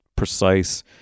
precise